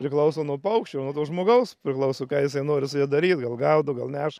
priklauso nuo paukščio nuo to žmogaus priklauso ką jisai nori su ja daryti gal gaudo gal neša